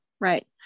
right